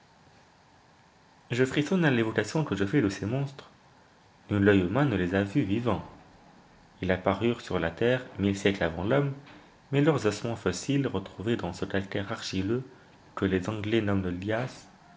je frissonne à l'évocation que je fais de ces monstres nul oeil humain ne les a vus vivants ils apparurent sur la terre mille siècles avant l'homme mais leurs ossements fossiles retrouvés dans ce calcaire argileux que les anglais nomment